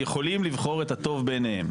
יכולים לבחור את הטוב בעיניהם.